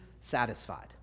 satisfied